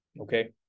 Okay